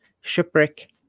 shipwreck